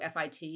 FIT